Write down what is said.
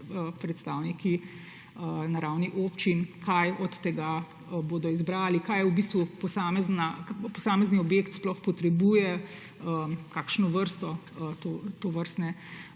predstavniki na ravni občin, kaj od tega bodo izbrali, kaj v bistvu posamezni objekt sploh potrebuje, kakšno vrsto tovrstne